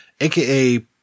AKA